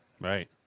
Right